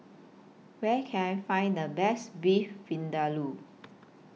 Where Can I Find The Best Beef Vindaloo